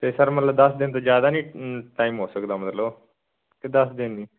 ਅਤੇ ਸਰ ਮਤਲਬ ਦਸ ਦਿਨ ਤੋਂ ਜ਼ਿਆਦਾ ਨਹੀਂ ਟਾਈਮ ਹੋ ਸਕਦਾ ਮਤਲਬ ਕਿ ਦਸ ਦਿਨ